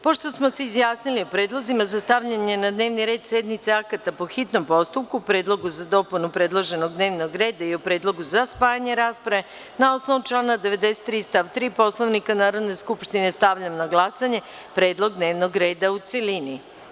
Pošto smo se izjasnili o predlozima za stavljanje na dnevni red sednice akata po hitnom postupku, predlogu za dopunu predloženog dnevnog reda i o predlogu za spajanje rasprave, na osnovu člana 93. stav 3. Poslovnika Narodne skupštine, stavljam na glasanje predlog dnevnog reda u celini.